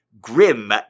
grim